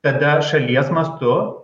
tada šalies mastu